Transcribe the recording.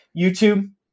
YouTube